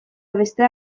bestea